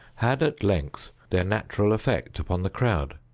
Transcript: had at length their natural effect upon the crowd.